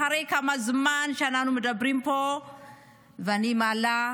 אחרי כמה זמן שאנחנו מדברים פה ואני מעלה,